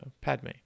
Padme